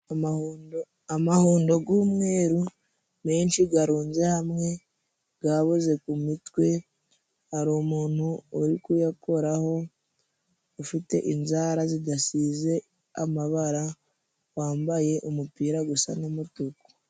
Amahundo y'umweru menshi arunze hamwe, yaboze ku mutwe, hari umuntu uri kuyakoraho, ufite inzara zidasize amabara, wambaye umupira usa n'umutuku.